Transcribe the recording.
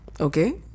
Okay